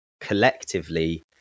collectively